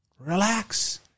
Relax